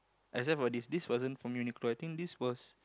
except for this this wasn't from Uniqlo I think this was